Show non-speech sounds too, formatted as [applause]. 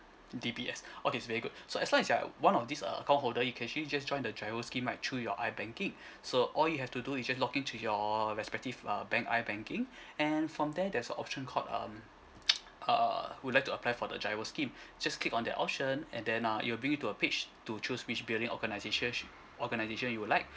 D_B_S oh that's very good so as long as you are one of these err account holder you can actually just join the giro scheme right through your ibanking so all you have to do is just log in to your respective uh bank ibanking and from there there's a option called um [noise] err would like to apply for the giro scheme just click on that option and then uh it will bring you to a page to choose which billing organisation should organisation you'd like